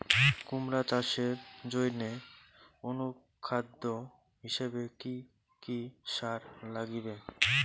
কুমড়া চাষের জইন্যে অনুখাদ্য হিসাবে কি কি সার লাগিবে?